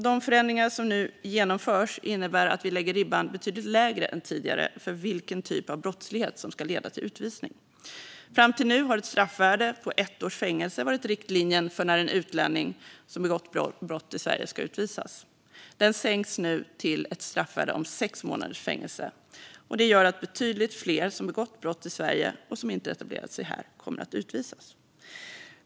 De förändringar som nu genomförs innebär att vi lägger ribban betydligt lägre än tidigare för vilken typ av brottslighet som ska leda till utvisning. Fram till nu har ett straffvärde på ett års fängelse varit riktlinjen för när en utlänning som begått brott i Sverige ska utvisas. Den sänks nu till ett straffvärde om sex månaders fängelse. Det gör att betydligt fler som begått brott i Sverige och som inte har etablerat sig här kommer att utvisas.